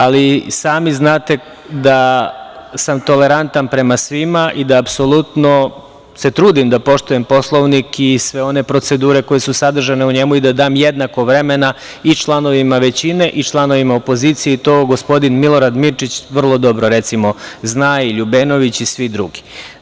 Ali, sami znate da sam tolerantan prema svima i da apsolutno se trudim da poštujem Poslovnik i sve one procedure koje su sadržane u njemu i da dam jednako vremena i članovima većine i članovima opozicije i to gospodin Milorad Mirčić vrlo dobro zna i Ljubenović i svi drugi.